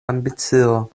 ambicio